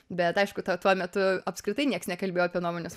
bet aišku ta tuo metu apskritai nieks nekalbėjo apie nuomonės